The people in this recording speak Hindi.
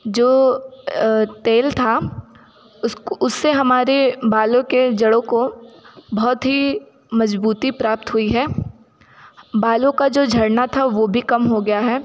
जो तेल था उसको उससे हमारे बालो के जड़ों को बहुत ही मजबूती प्राप्त हुई है बालों का जो झरना था वो भी कम हो गया है